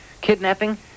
Kidnapping